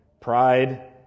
Pride